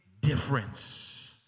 difference